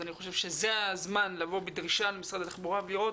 אז אני חושב שזה הזמן לבוא בדרישה למשרד התחבורה ולראות